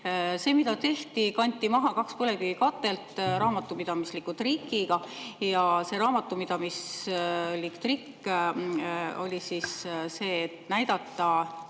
Tehti seda, et kanti maha kaks põlevkivikatelt raamatupidamisliku trikiga ja see raamatupidamislik trikk oli see, et näidata